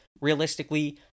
realistically